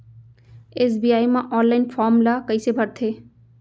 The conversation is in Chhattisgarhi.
एस.बी.आई म ऑनलाइन फॉर्म ल कइसे भरथे?